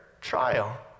trial